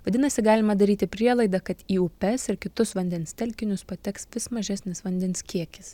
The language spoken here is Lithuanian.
vadinasi galima daryti prielaidą kad į upes ir kitus vandens telkinius pateks vis mažesnis vandens kiekis